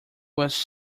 was